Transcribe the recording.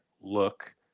look